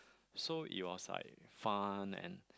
so it was like fun and